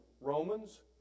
Romans